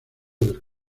del